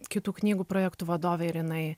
kitų knygų projektų vadovė ir jinai